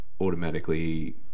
automatically